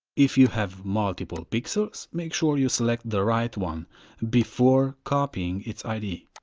if you have multiple pixels make sure you select the right one before copying its id.